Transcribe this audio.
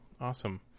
Awesome